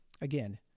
again